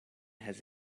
has